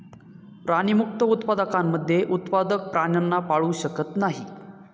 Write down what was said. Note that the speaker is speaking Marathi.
प्राणीमुक्त उत्पादकांमध्ये उत्पादक प्राण्यांना पाळू शकत नाही